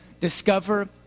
Discover